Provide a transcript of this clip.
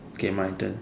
K my turn